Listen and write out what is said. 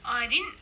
oh I didn't